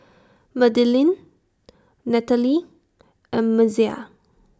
Madilynn Natalee and Messiah